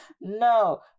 no